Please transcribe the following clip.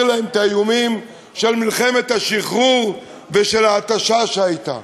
להם את האיומים של מלחמת השחרור ושל ההתשה שהייתה.